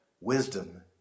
wisdom